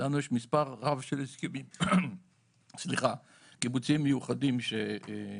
לנו יש מספר רב של הסכמים קיבוציים מיוחדים שנמסרו